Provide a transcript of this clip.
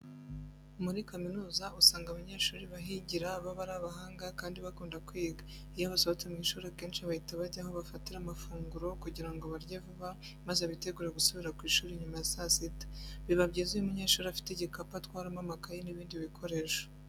Muri kaminuza usanga abanyeshuri bahigira baba ari abahanga kandi bakunda kwiga. Iyo basohotse mu ishuri akenshi bahita bajya aho bafatira amafunguro kugira ngo barye vuba maze bitegure gusubira ku ishuri nyuma ya saa sita. Biba byiza iyo umunyeshuri afite igikapu atwaramo amakayi n'ibindi bikoresho.